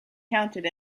counted